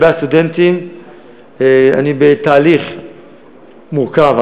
אני בתהליך מורכב,